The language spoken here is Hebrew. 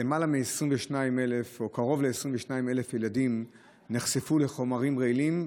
קרוב ל-22,000 ילדים נחשפו לחומרים רעילים,